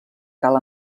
cal